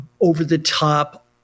over-the-top